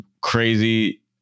crazy